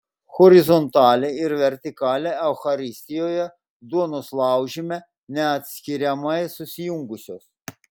horizontalė ir vertikalė eucharistijoje duonos laužyme neatskiriamai susijungusios